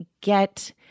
get